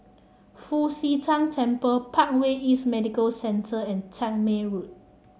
Fu Xi Tang Temple Parkway East Medical Centre and Tangmere Road